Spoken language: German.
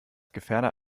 gefährder